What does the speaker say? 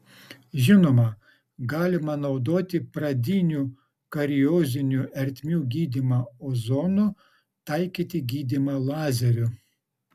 žinoma galima naudoti pradinių kariozinių ertmių gydymą ozonu taikyti gydymą lazeriu